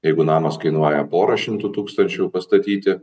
jeigu namas kainuoja porą šimtų tūkstančių pastatyti